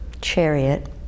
chariot